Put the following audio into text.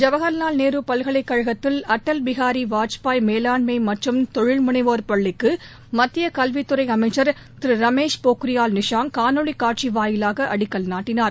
ஜவஹர்வால் நேரு பல்கலைக்கழகத்தில் அட்டல் பிகாரி வாஜ்பாய் மேலாண்மை மற்றும் தொழில் முனைவோர் பள்ளிக்கு மத்திய கல்வித்துறை அமைச்சர் திரு ரமேஷ் பொக்ரியால் நிஷாங்க் காணொலி காட்சி வாயிலாக அடிக்கல் நாட்டினார்